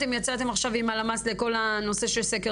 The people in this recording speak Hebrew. אתם יצאתם עכשיו עם הלמ"ס לכל הנושא של סקר